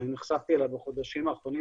ואני נחשפתי אליה בחודשים האחרונים,